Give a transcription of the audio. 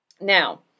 now